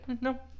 No